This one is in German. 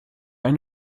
eine